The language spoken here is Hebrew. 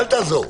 אל תעזור.